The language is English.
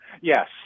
Yes